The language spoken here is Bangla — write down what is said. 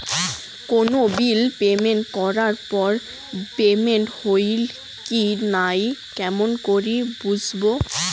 কোনো বিল পেমেন্ট করার পর পেমেন্ট হইল কি নাই কেমন করি বুঝবো?